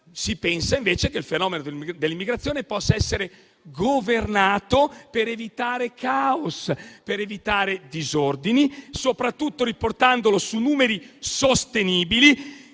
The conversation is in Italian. si pensa che il fenomeno dell'immigrazione possa essere governato, per evitare caos e disordini, soprattutto riportandolo su numeri sostenibili